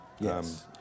Yes